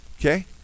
okay